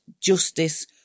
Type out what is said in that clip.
justice